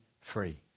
free